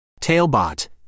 Tailbot